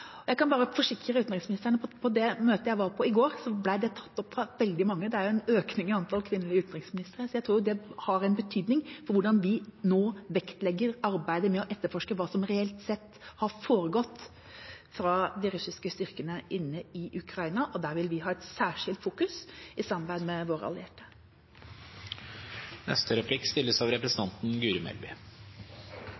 Jeg kan bare forsikre om at på det møtet jeg var på i går, ble det tatt opp av veldig mange. Det er jo en økning i antall kvinnelige utenriksministre, så jeg tror det har en betydning for hvordan vi nå vektlegger arbeidet med å etterforske hva som reelt sett har foregått fra de russiske styrkene inne i Ukraina. Der vil vi ha et særskilt fokus, i samarbeid med våre allierte.